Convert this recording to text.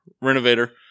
Renovator